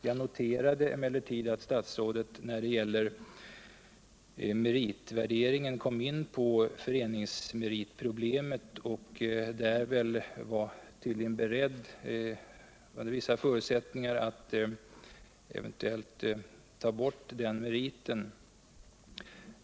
Jag noterar emellertid att statsrådet när der gäller meritvärderingen kom in på problemet med föreningsmeriter och tydligen var beredd — under vissa förutsättningar — att eventuellt tå bort den typen av meriter.